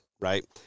right